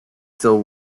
still